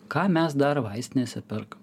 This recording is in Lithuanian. ką mes dar vaistinėse perkam